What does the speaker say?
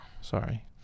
sorry